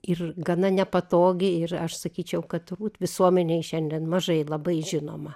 ir gana nepatogi ir aš sakyčiau kad turbūt visuomenei šiandien mažai labai žinoma